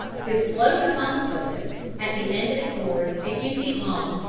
this float upon the surface, at the end of a cord a few feet long,